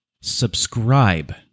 Subscribe